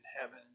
heaven